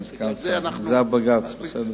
זה הבג"ץ.